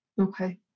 Okay